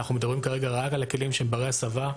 אנחנו מדברים כרגע רק על הכלים שהם ברי הסבה.